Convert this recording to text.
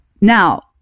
Now